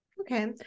Okay